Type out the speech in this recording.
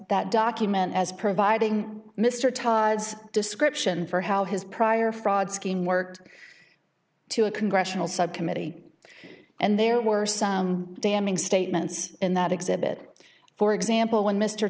that document as providing mr todd's description for how his prior fraud scheme worked to a congressional subcommittee and there were some damning statements in that exhibit for example when mr